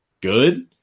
good